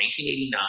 1989